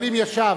אבל אם ישב